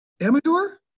amador